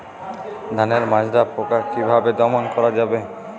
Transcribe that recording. ধানের মাজরা পোকা কি ভাবে দমন করা যাবে?